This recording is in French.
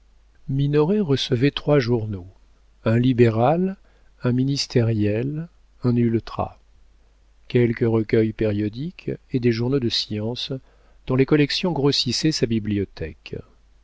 minoret recevait trois journaux un libéral un ministériel un ultrà quelques recueils périodiques et des journaux de science dont les collections grossissaient sa bibliothèque